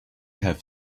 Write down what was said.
have